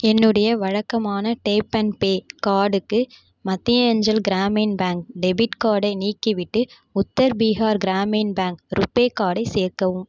என்னுடைய வழக்கமான tap and pay கார்டுக்கு மத்தியான்ச்சல் கிராமின் பேங்க் டெபிட் கார்டை நீக்கிவிட்டு உத்தர் பீகார் கிராமின் பேங்க் ரூபே கார்டை சேர்க்கவும்